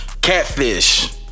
Catfish